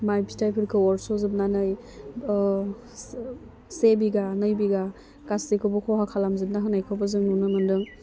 माइ फिथाइफोरखौ अरस'जोबनानै से बिघा नै बिघा गासैखौबो खहा खालामजोबना होनायखौबो जों नुनो मोनदों